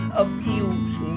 abuse